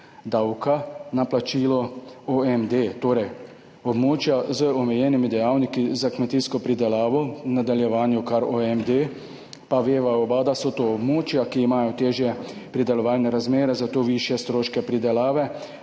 na plačilo OMD, torej območja z omejenimi dejavniki za kmetijsko pridelavo, v nadaljevanju kar OMD, pa veva oba, da so to območja, ki imajo težje pridelovalne razmere in zato višje stroške pridelave.